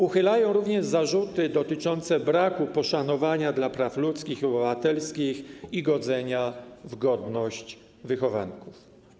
Uchylają również zarzuty dotyczące braku poszanowania dla praw ludzkich i obywatelskich i godzenia w godność wychowanków.